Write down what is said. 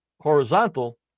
horizontal